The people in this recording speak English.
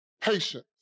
patience